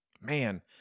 Man